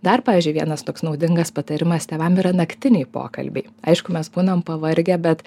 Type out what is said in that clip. dar pavyzdžiui vienas toks naudingas patarimas tėvam yra naktiniai pokalbiai aišku mes būnam pavargę bet